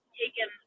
taken